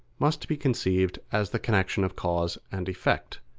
must be conceived as the connection of cause and effect,